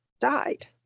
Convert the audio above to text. died